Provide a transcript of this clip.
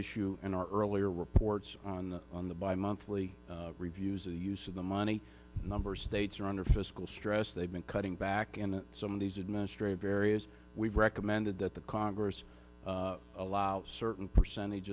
issue in our earlier reports on the bi monthly reviews and use of the money numbers states are under fiscal stress they've been cutting back in some of these administrative areas we've recommended that the congress allow certain percentage